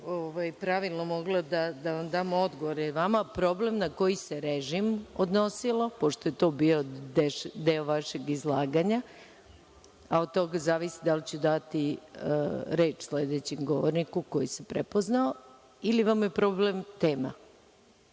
pravilno mogla da vam dam odgovor, jel vama problem na koji se režim odnosilo, pošto je to bio deo vašeg izlaganja, a od toga zavisi da li ću dati reč sledećem govorniku, koji se prepoznao, ili vam je problem tema,